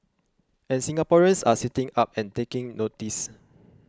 and Singaporeans are sitting up and taking notice